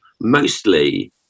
mostly